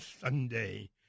Sunday